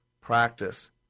practice